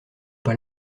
pas